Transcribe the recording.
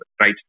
right